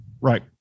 right